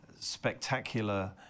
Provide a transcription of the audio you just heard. spectacular